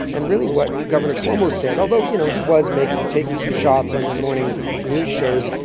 and really, what gov. and cuomo said although, you know, he was making taking some shots on the morning news shows.